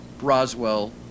Roswell